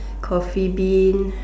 Coffee Bean